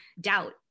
doubt